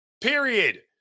Period